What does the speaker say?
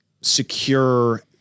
secure